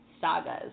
sagas